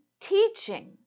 Teaching